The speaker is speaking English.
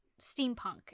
Steampunk